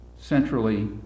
centrally